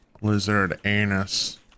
Lizard-anus